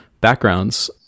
backgrounds